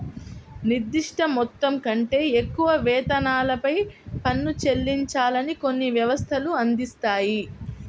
నిర్దిష్ట మొత్తం కంటే ఎక్కువ వేతనాలపై పన్ను చెల్లించాలని కొన్ని వ్యవస్థలు అందిస్తాయి